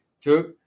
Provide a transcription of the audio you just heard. took